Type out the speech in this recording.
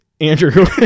Andrew